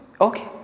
Okay